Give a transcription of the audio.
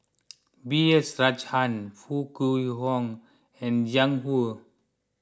B S Rajhans Foo Kwee Horng and Jiang Hu